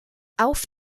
auf